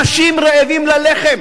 אנשים רעבים ללחם.